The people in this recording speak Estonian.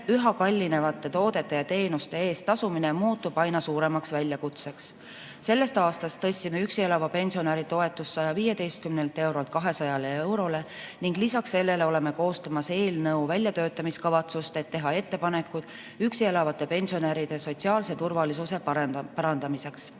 üha kallinevate toodete ja teenuste eest tasumine muutub aina suuremaks väljakutseks. Sellest aastast tõstsime üksi elava pensionäri toetust 115 eurolt 200 eurole ning lisaks sellele oleme koostamas eelnõu väljatöötamiskavatsust, et teha ettepanekud üksi elavate pensionäride sotsiaalse turvalisuse parandamiseks.